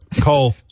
Cole